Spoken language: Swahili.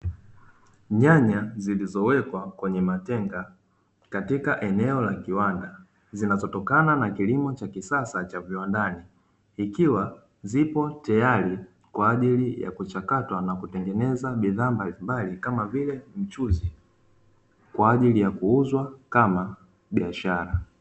Nyanya zilizowekwa kwenye matenga katika eneo la kiwanda, zinazotokana na kilimo cha kisasa cha viwandani, ikiwa zipo tayari kwa ajili ya kuchakatwa na kutengeneza bidhaa mbalimbali kama vile mchuzi, kwa ajili ya kuuzwa kama biashara.